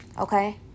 Okay